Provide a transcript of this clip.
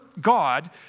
God